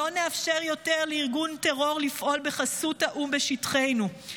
לא נאפשר יותר לארגון טרור לפעול בחסות האו"ם בשטחנו,